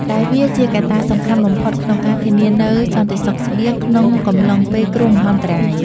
ដែលវាជាកត្តាសំខាន់បំផុតក្នុងការធានានូវសន្តិសុខស្បៀងក្នុងកំឡុងពេលគ្រោះមហន្តរាយ។